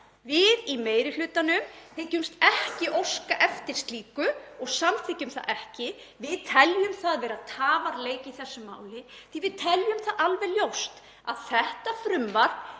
við í meiri hlutanum hyggjumst ekki óska eftir slíku og samþykkjum það ekki. Við teljum það vera tafaleik í þessu máli því að við teljum alveg ljóst að þetta frumvarp